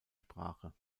sprache